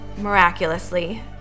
Miraculously